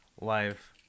life